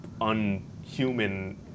unhuman